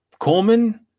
Coleman